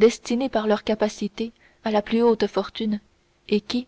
destinés par leur capacité à la plus haute fortune et qui